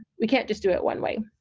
we can't just do it one way.